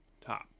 top